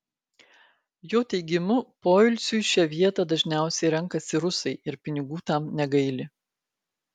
jo teigimu poilsiui šią vietą dažniausiai renkasi rusai ir pinigų tam negaili